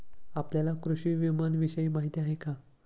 आपल्याला कृषी विपणनविषयी माहिती आहे का?